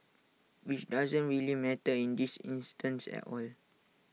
which doesn't really matter in this instance at all